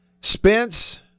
Spence